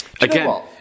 again